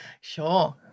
Sure